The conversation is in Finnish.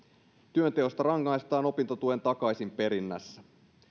työnteosta rangaistaan opintotuen takaisinperinnässä